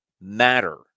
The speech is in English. matter